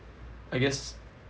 I guess